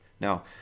now